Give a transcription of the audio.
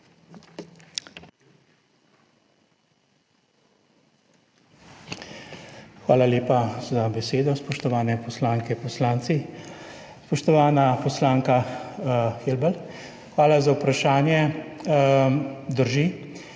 Hvala lepa za besedo. Spoštovane poslanke, poslanci! Spoštovana poslanka Helbl, hvala za vprašanje. Drži,